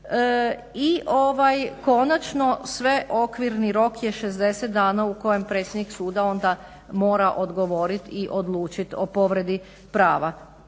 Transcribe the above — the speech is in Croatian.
I konačno sve okvirni rok je 60 dana u kojem predsjednik suda onda mora odgovoriti i odlučiti o povredi prava.